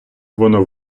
воно